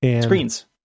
Screens